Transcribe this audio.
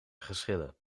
geschillen